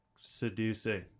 seducing